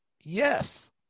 yes